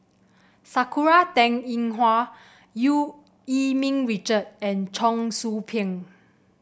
Sakura Teng Ying Hua Eu Yee Ming Richard and Cheong Soo Pieng